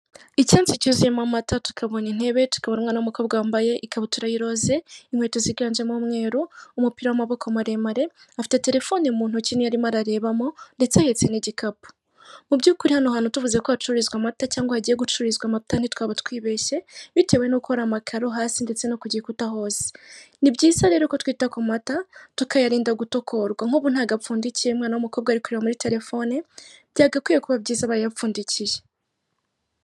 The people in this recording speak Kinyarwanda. Icyansi cyuzuyemo amata tukabona intebe, tukabona umwana w'umukobwa wambaye ikabutura y'iroze, inkweto ziganjemo umweru, umupira w'amaboko maremare afite telefone mu ntoki niyo arimo ararebamo ndetse ahetse igikapu. Mu by'ukuri hano hantu tuvuze ko hacururizwa amata cyangwa hagiye gucururizwa amata ntitwaba twibeshye, bitewe nuko hari amakaro hasi ndetse no kugikuta hose ni byiza rero ko twita ku mata tukayarinda gutokorwa nk'ubu ntago apfundikiye umwana w'umukobwa ari kureba muri telefone byagakwiye kuba byiza abaye ayapfundikiye.